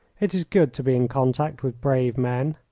it is good to be in contact with brave men.